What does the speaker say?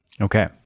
okay